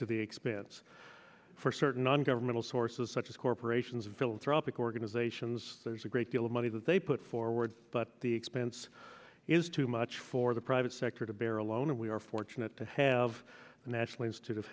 to the expense for certain non governmental sources such as corporations and philanthropic organizations there's a great deal of money that they put forward but the expense is too much for the private sector to bear alone and we are fortunate to have a national inst